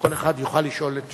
כל אחד יכול לשאול את שאלותיו.